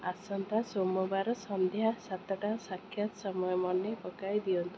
ଆସନ୍ତା ସୋମବାର ସନ୍ଧ୍ୟା ସାତଟା ସାକ୍ଷାତ ସମୟ ମନେ ପକାଇ ଦିଅନ୍ତୁ